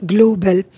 Global